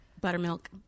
buttermilk